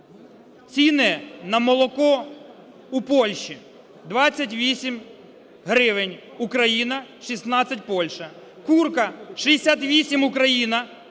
Ціни на молоко у Польщі. 28 гривень - Україна, 16 - Польща. Курка - 68 Україна,